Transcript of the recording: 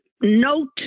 Note